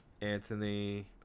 Anthony